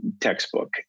textbook